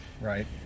right